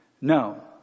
No